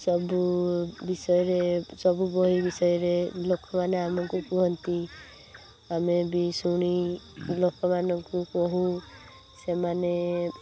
ସବୁ ବିଷୟରେ ସବୁ ବହି ବିଷୟରେ ଲୋକମାନେ ଆମକୁ କୁହନ୍ତି ଆମେ ବି ଶୁଣି ଲୋକମାନଙ୍କୁ କହୁ ସେମାନେ